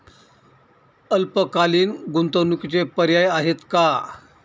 अल्पकालीन गुंतवणूकीचे पर्याय आहेत का?